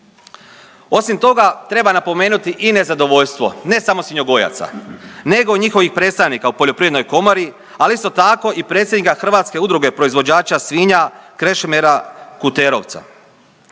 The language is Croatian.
Osim toga treba napomenuti i nezadovoljstvo ne samo svinjogojaca nego i njihovih predstavnika u Poljoprivrednoj komori, ali isto tako i predstavnika Hrvatske udruge proizvođača svinja Krešimira Kuterovca.